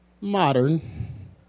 modern